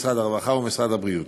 משרד הרווחה ומשרד הבריאות.